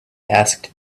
asked